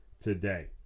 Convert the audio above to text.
today